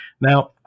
now